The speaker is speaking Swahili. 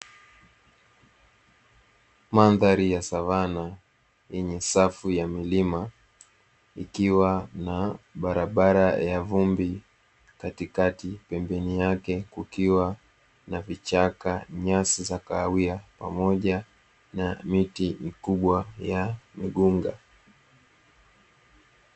Mandhari ya savana yenye safu ya milima, ikiwa na barabara ya vumbi katikati, pembeni yake kukiwa na vichaka, nyasi za kahawia, pamoja na miti mikubwa ya migunga.